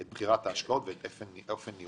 את בחירת ההשקעות ואת אופן ניהולן.